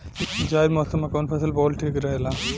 जायद मौसम में कउन फसल बोअल ठीक रहेला?